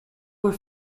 were